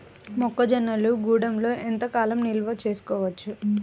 మొక్క జొన్నలు గూడంలో ఎంత కాలం నిల్వ చేసుకోవచ్చు?